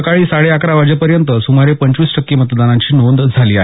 सकाळी साडे अकरा वाजेपर्यंत सुमारे पंचवीस टक्के मतदानाची नोंद झाली आहे